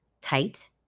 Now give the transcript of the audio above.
tight